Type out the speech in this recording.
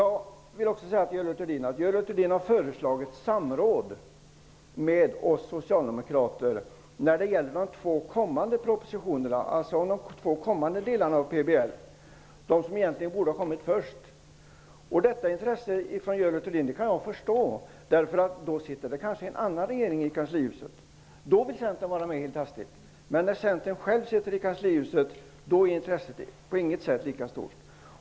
Görel Thurdin har föreslagit samråd med oss socialdemokrater när det gäller de två kommande propositionerna, dvs. de två kommande delarna av PBL som egentligen borde ha kommit först. Jag kan förstå Görel Thurdins intresse av en senareläggning, eftersom det kanske kommer att sitta en annan regering i kanslihuset. Då vill Centern plötsligt vara med. Men när Centern själv sitter i kanslihuset är intresset inte alls lika stort.